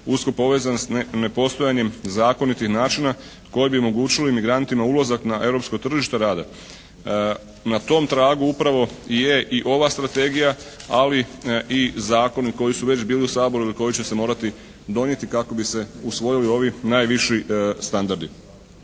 usko povezan sa nepostojanjem zakonitih načina koji bi omogućili migrantima ulazak na europskom tržište rada. Na tom tragu upravo i je i ova Strategija ali i zakonu koji su već bili u Saboru i koji će se morati donijeti kako bi se usvojili ovi najviši standardi.